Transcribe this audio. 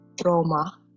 trauma